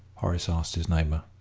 horace asked his neighbour.